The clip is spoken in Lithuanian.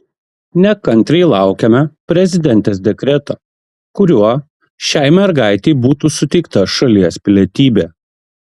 nekantriai laukiame prezidentės dekreto kuriuo šiai mergaitei būtų suteikta šalies pilietybė